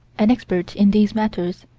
an expert in these matters,